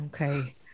Okay